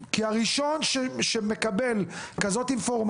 כל ארבע הפעמים חברות הסיעוד שהביאו אותן לקחו אותן בחזרה.